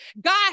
God